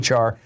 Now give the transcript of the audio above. HR